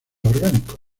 orgánicos